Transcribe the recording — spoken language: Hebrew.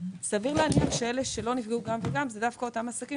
סביר להניח שאלה שלא נפגעו גם וגם הם דווקא אותם עסקים